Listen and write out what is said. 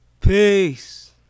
Peace